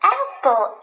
apple